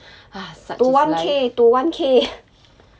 !hais! suck this life